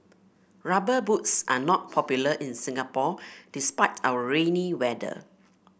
rubber boots are not popular in Singapore despite our rainy weather